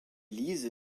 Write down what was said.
lise